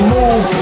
Move